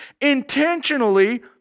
intentionally